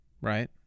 Right